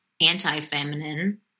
anti-feminine